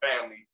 family